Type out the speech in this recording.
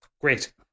Great